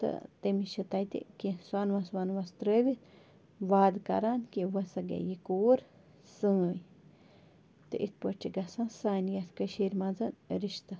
تہٕ تٔمِس چھِ تَتہِ کیٚنٛہہ سۄنہٕ وَس وۄنہٕ وَس ترٲوِتھ وعدٕ کران کہِ وۄنۍ ہسا گٔے یہِ کوٗر سٲنۍ تہِ یِتھ پٲٹھۍ چھِ گژھان سانہِ یَتھ کٔشیٖر منٛز رِشتہٕ